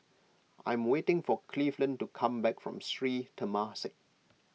I am waiting for Cleveland to come back from Sri Temasek